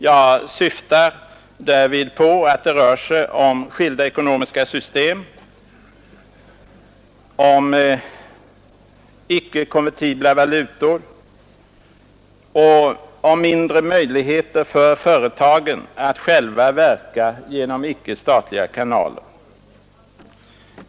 Jag syftar därvid på att det rör sig om skilda ekonomiska system, om icke-konvertibla valutor och om mindre möjligheter för företagen att själva verka genom icke-statliga kanaler.